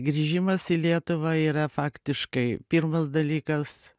grįžimas į lietuvą yra faktiškai pirmas dalykas